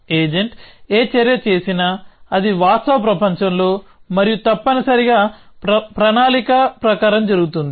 agent ఏ చర్య చేసినా అది వాస్తవ ప్రపంచంలో మరియు తప్పనిసరిగా ప్రణాళిక ప్రకారం జరుగుతుంది